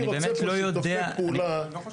אני רוצה פה שיתופי פעולה --- אני באמת לא יודע,